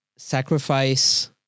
Sacrifice